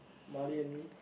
Marley and me